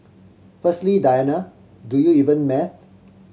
firstly Diana do you even math